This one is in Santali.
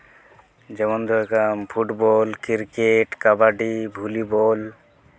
ᱡᱮᱢᱚᱱ ᱯᱷᱩᱴᱵᱚᱞ ᱠᱨᱤᱠᱮᱴ ᱠᱟᱵᱟᱰᱤ ᱵᱷᱩᱞᱤᱵᱚᱞ